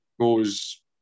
goes